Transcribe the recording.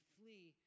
flee